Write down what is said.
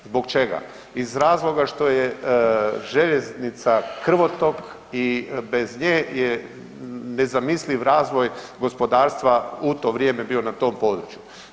Zbog čega? iz razloga što je željeznica krvotok i bez nje nezamisliv razvoj gospodarstva u to vrijeme bio na tom području.